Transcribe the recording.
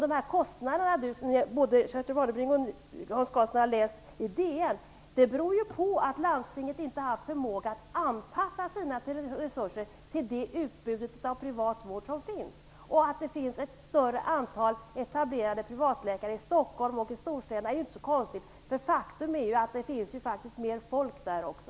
De kostnader som både Kerstin Warnerbring och Hans Karlsson har läst om i DN beror på att landstingen inte haft förmåga att anpassa sina resurser till det utbud av privat vård som finns. Att det finns ett större antal etablerade privatläkare i Stockholm och i storstäderna är ju inte så konstigt, för faktum är att det finns mer folk där också.